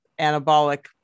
anabolic